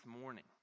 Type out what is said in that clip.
morning